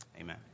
amen